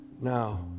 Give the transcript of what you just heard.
now